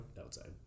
Outside